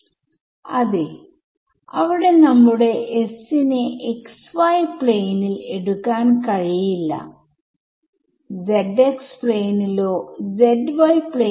ഒന്നാമത്തെ ടെർമ് നോക്കുക അത് ബ്രാക്കറ്റിന്റെ പുറത്തേക്ക് എടുത്ത് ഉള്ളിലുള്ള ടെർമിനോട് ഗുണിച്ചു